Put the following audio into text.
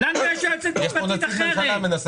לנו יש יועצת משפטית אחרת.